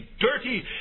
dirty